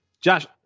Josh